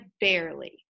barely